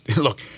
Look